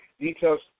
details